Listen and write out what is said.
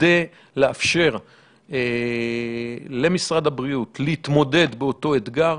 כדי לאפשר למשרד הבריאות להתמודד עם אותו אתגר.